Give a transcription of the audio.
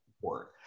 support